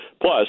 Plus